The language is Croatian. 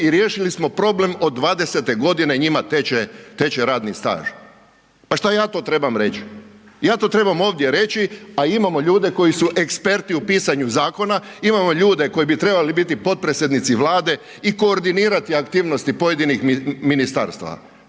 i riješili smo problem, od 20-te njima teče radni staž. Pa šta ja to trebam reći? Ja to trebam ovdje reći a imamo ljudi koji su eksperti u pisanju zakona, imamo ljude koji bi trebali biti potpredsjednici Vlade i koordinirati aktivnosti pojedinih ministarstava.